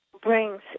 brings